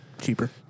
cheaper